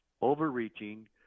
overreaching